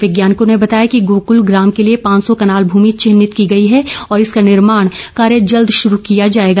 वैज्ञानिकों ने बताया कि गोकल ग्रम के लिए पांच सौ कनाल भूमि चिन्हित की गई है और इसका निर्माण कार्य जल्द शुरू कर दिया जाएगा